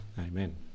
Amen